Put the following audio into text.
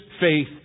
faith